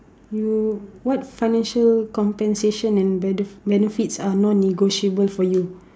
you what financial compensation and bene~ benefits are non negotiable for you